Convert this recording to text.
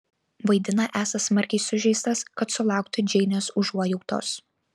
vaidina esąs smarkiai sužeistas kad sulauktų džeinės užuojautos